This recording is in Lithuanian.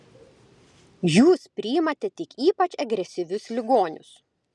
jūs priimate tik ypač agresyvius ligonius